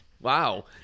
Wow